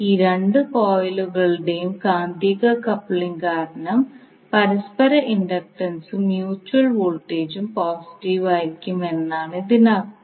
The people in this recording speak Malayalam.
ഈ രണ്ട് കോയിലുകളുടെയും കാന്തിക കപ്ലിംഗ് കാരണം പരസ്പര ഇൻഡക്റ്റൻസും മ്യൂച്വൽ വോൾട്ടേജും പോസിറ്റീവ് ആയിരിക്കും എന്നാണ് ഇതിനർത്ഥം